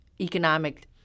economic